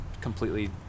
completely